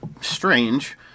strange